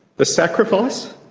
the sacrifice,